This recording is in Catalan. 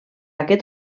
aquest